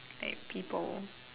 like people